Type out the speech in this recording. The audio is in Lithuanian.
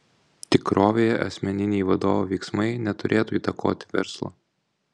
tikrovėje asmeniniai vadovo veiksmai neturėtų įtakoti verslo